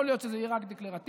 יכול להיות שזה יהיה רק דקלרטיבי,